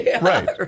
right